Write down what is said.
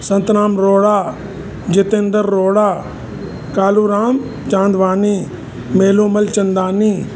Santnam Rohra Jitendra Rohra Kalu Ram Chandwani Melumal Chandani